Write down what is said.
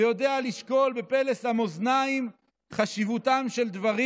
ויודע לשקול בפלס המאזניים את חשיבותם של דברים.